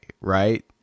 right